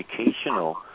educational